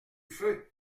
feu